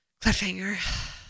Cliffhanger